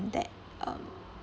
that um